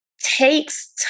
takes